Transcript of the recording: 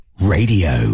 Radio